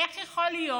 איך יכול להיות